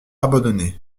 abandonné